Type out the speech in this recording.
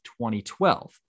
2012